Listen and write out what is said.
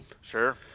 sure